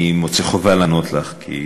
אני מוצא חובה לענות לך, כי